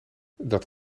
dat